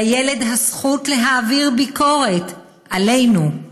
לילד הזכות להעביר ביקורת עלינו,